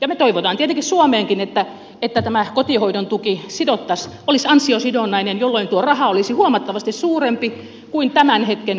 me toivomme tietenkin että suomessakin tämä kotihoidon tuki olisi ansiosidonnainen jolloin tuo raha olisi huomattavasti suurempi kuin tämän hetken kotihoidon tuki